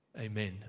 amen